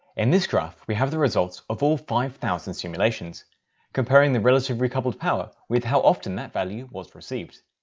in this graph we have the results of all five thousand simulations comparing the relatively coupled power with how often that value was received.